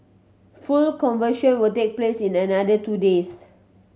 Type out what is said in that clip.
full conversion will take place in another two days